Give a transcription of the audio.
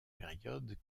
période